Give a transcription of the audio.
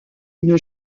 une